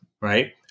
Right